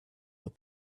what